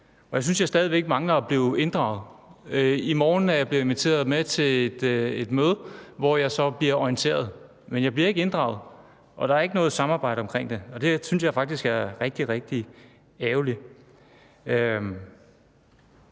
Jeg synes, at jeg stadig mangler at blive inddraget. I morgen er jeg blevet inviteret med til et møde, hvor jeg bliver orienteret, men jeg bliver ikke inddraget, og der er ikke noget samarbejde omkring det. Det synes jeg faktisk er rigtig, rigtig ærgerligt.